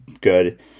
good